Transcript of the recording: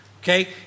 okay